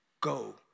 Go